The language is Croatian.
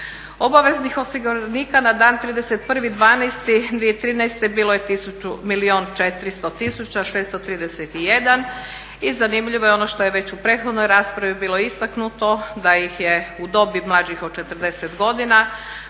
Obaveznih osiguranika na dan 31.12.2013. bilo je milijun i 400 tisuća 631. I zanimljivo je ono što je već u prethodnoj raspravi bilo istaknuto da ih je u dobi mlađih od 40 godina